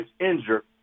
injured